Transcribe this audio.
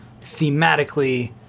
thematically